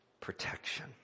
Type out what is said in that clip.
protection